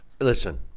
Listen